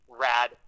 rad